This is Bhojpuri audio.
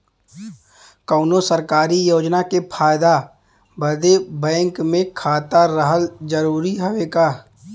कौनो सरकारी योजना के फायदा बदे बैंक मे खाता रहल जरूरी हवे का?